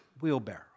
wheelbarrow